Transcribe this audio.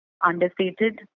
understated